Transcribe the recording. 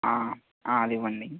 అదివ్వండి